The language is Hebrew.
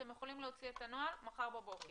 אתם יכולים להוציא את הנוהל מחר בבוקר.